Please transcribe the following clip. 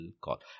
call